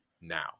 now